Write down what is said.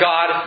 God